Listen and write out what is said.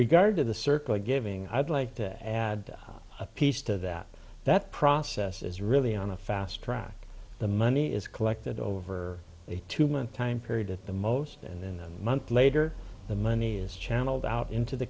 regard to the circle of giving i'd like to add a piece to that that process is really on the fast track the money is collected over a two month time period at the most in a month later the money is channeled out into the